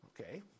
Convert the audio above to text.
Okay